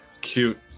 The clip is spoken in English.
Cute